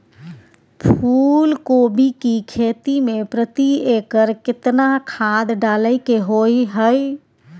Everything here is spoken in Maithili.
फूलकोबी की खेती मे प्रति एकर केतना खाद डालय के होय हय?